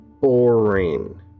boring